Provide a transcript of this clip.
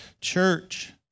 church